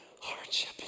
hardship